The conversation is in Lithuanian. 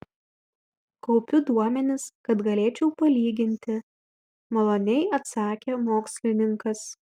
kaupiu duomenis kad galėčiau palyginti maloniai atsakė mokslininkas